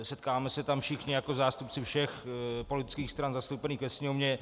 Setkáváme se tam všichni jako zástupci všech politických stran zastoupených ve Sněmovně.